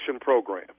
Program